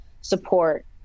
support